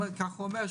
ככה הוא אומר,